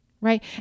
right